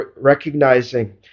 recognizing